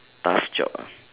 tough job ah